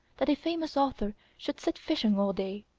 that a famous author should sit fishing all day?